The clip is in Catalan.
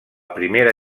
primera